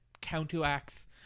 counteracts